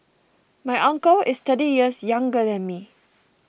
my uncle is thirty years younger than me